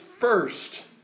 first